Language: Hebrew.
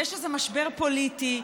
יש איזה משבר פוליטי,